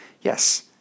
yes